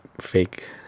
fake